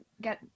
get